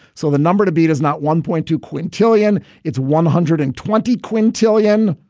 so the number to beat is not one point two quintillion. it's one hundred and twenty quintillion.